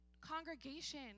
congregation